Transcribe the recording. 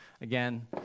Again